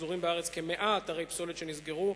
פזורים בארץ כ-100 אתרי פסולת שנסגרו,